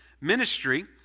ministry